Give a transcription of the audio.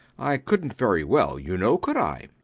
i couldnt very well, you know, could i?